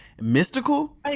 Mystical